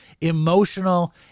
emotional